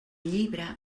llibre